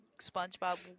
SpongeBob